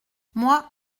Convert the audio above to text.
moi